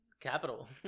capital